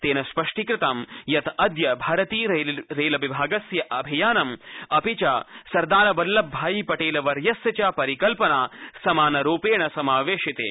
तेन स्पष्टीकत यत् अद्य भारतीय रेल विभागस्य अभियान सरदारवल्लभ भाई पटेलवर्यस्य च परिकल्पना समानरूपेण समावेशिते